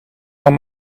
van